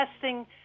testing